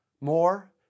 more